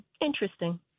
Interesting